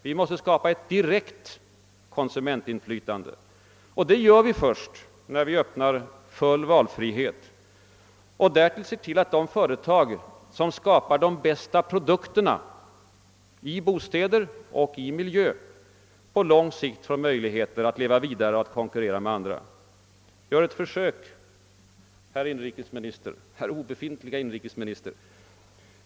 Vi måste skapa ett direkt konsumentinflytande, och det gör vi först när vi öppnar full frihet och därvid ser till att de företag, som skapar de bästa produkterna i bostäder och miljö, på lång sikt får möjlighet att leva vidare och konkurrera med andra. Gör ett försök, herr inrikesminister!